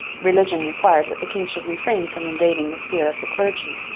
religion required that the king should refrain from invading the sphere of the clergy,